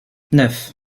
neuf